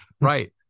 Right